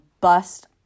bust